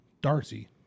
Darcy